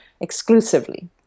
exclusively